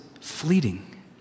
fleeting